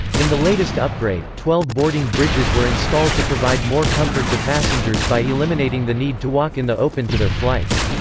in the latest upgrade, twelve boarding bridges were installed to provide more comfort to passengers by eliminating the need to walk in the open to their flights.